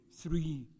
three